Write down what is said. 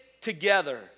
together